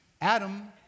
Adam